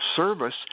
service